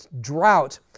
drought